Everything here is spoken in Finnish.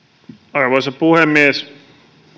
arvoisa puhemies